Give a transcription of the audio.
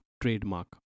trademark